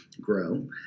grow